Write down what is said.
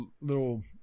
little